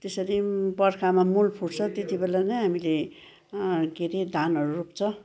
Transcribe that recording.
त्यसरी बर्खामा मूल फुट्छ त्यति बेला नै हामीले के अरे धानहरू रोप्छ